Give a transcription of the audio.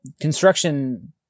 construction